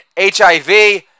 HIV